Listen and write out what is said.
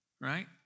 right